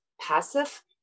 passive